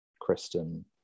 Kristen